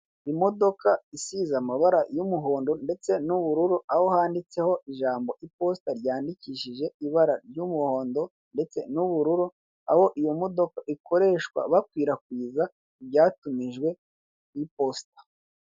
Imodoka isize amabara y'umuhondo ndetse n'ubururu aho handitseho ijambo iposita ryandikishije ibara ry'umuhondo ndetse n'ubururu aho iyo modoka ikoreshwa bakwirwkwiza ibyatumijwe ku iposita.